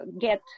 get